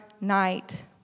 night